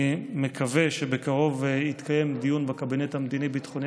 אני מקווה שבקרוב יתקיים דיון בקבינט המדיני-ביטחוני